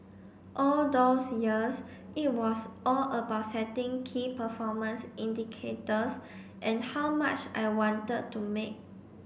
all those years it was all about setting key performance indicators and how much I wanted to make